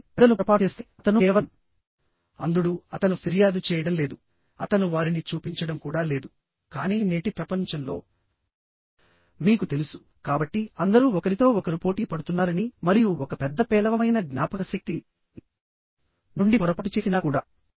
కాబట్టి పెద్దలు పొరపాటు చేస్తే అతను కేవలం అంధుడు అతను ఫిర్యాదు చేయడం లేదు అతను వారిని చూపించడం కూడా లేదు కానీ నేటి ప్రపంచంలో మీకు తెలుసు కాబట్టి అందరూ ఒకరితో ఒకరు పోటీ పడుతున్నారని మరియు ఒక పెద్ద పేలవమైన జ్ఞాపకశక్తి నుండి పొరపాటు చేసినా కూడా